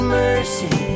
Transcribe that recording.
mercy